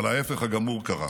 אבל ההפך הגמור קרה: